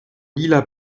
lila